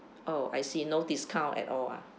oh I see no discount at all ah